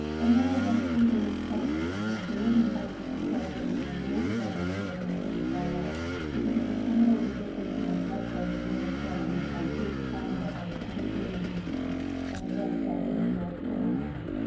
and while white gay men suffered, were abandoned by their society and abandoned by their families, and died because of the criminal indifference and neglect by the us government, by big pharma, by the entertainment industry and yes, by the new york crimes,